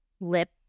lip